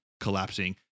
collapsing